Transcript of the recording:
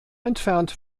entfernt